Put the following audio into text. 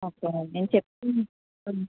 ఓకేనండీ నేను చెప్తాను